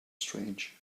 strange